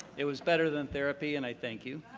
it was better than therapy, and i thank you.